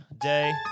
day